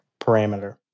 parameter